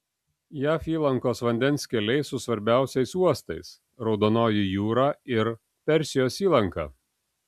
jav įlankos vandens keliai su svarbiausiais uostais raudonoji jūra ir persijos įlanka